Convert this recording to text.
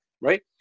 right